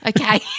Okay